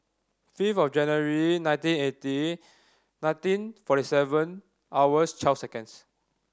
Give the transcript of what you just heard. fifth of January nineteen eighty nineteen forty seven hours twelve seconds